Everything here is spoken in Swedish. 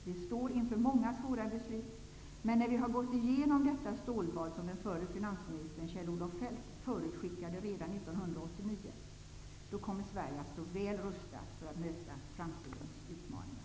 Vi står inför många svåra beslut, men när vi har gått igenom detta stålbad som den förre finansministern Kjell-Olof Feldt redan 1989 förutskickade kommer Sverige att stå väl rustat för att möta framtidens utmaningar.